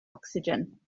ocsigen